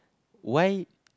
why